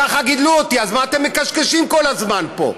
ככה גידלו אותי, אז מה אתם מקשקשים כל הזמן פה?